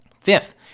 Fifth